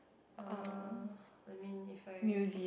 uh I mean if I